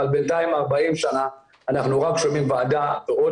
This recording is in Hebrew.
אבל בינתיים 40 שנה אנחנו רק שומעים ועדה ועוד